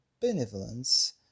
benevolence